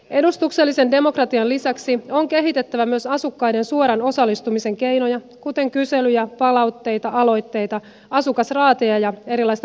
edustuksellisen demokratian lisäksi on kehitettävä myös asukkaiden suoran osallistumisen keinoja kuten kyselyjä palautteita aloitteita asukasraateja ja erilaista projektitoimintaa